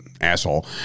asshole